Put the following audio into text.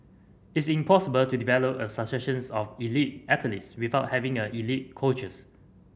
it's impossible to develop a successions of elite athletes without having a elite coaches